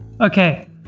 okay